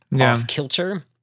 off-kilter